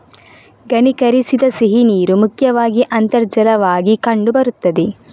ಘನೀಕರಿಸದ ಸಿಹಿನೀರು ಮುಖ್ಯವಾಗಿ ಅಂತರ್ಜಲವಾಗಿ ಕಂಡು ಬರುತ್ತದೆ